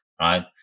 right